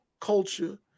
culture